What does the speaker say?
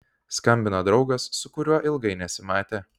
skambina draugas su kuriuo ilgai nesimatė